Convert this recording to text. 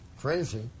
crazy